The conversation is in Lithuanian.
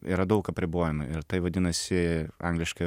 yra daug apribojimų ir tai vadinasi angliškai